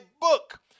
book